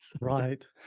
Right